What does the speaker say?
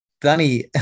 Danny